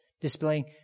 Displaying